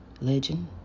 Legend